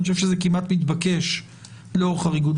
אני חושב שזה כמעט מתבקש לאור החריגות.